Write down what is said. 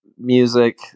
music